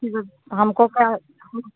हमको क्या हाँ